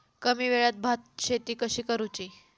कमी वेळात भात शेती कशी करुची?